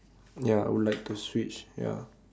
ya I would like to switch ya